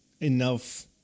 enough